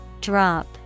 Drop